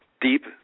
deep